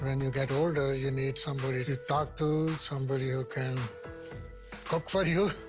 when you get older you need somebody to talk to, somebody who can cook for you.